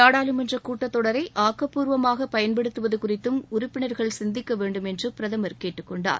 நாடாளுமன்ற கூட்டத் தொடரை ஆக்கப்பூர்வமாக பயன்படுத்துவது குறித்தும் உறுப்பினர்கள் சிந்திக்க வேண்டும் என்று பிரதமர் கேட்டுக்கொண்டார்